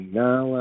now